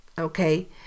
okay